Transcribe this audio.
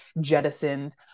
jettisoned